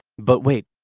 but wait.